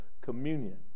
communion